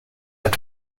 have